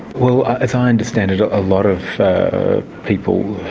well, as i understand it, a ah lot of people